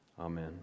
Amen